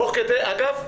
תוך כדי אגב,